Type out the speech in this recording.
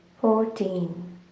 fourteen